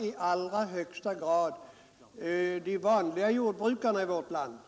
i allra högsta grad drabba de vanliga jordbrukarna i vårt land.